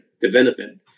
development